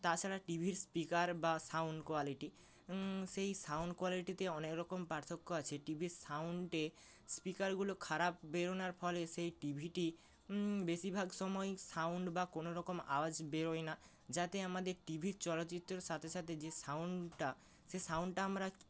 তাছাড়া টিভির স্পিকার বা সাউন্ড কোয়ালিটি সেই সাউন্ড কোয়ালিটিতে অনেক রকম পার্থক্য আছে টি ভির সাউন্ডে স্পিকারগুলো খারাপ বেরনোর ফলে সেই টি ভিটি বেশিভাগ সময় সাউন্ড বা কোনো রকম আওয়াজ বেরোয় না যাতে আমাদের টি ভির চলচ্চিত্রর সাথে সাথে যে সাউন্ডটা সে সাউন্ডটা আমরা